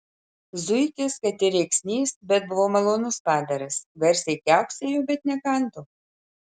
zuikis kad ir rėksnys bet buvo malonus padaras garsiai kiauksėjo bet nekando